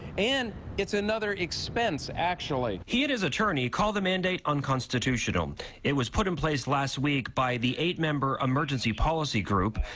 and it's another expense actually he and his attorneys called the mandate unconstitutional it was put in place last week by the eight-member emergency policy group.